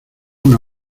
una